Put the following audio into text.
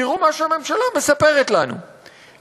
תראו מה שהממשלה מספרת לנו,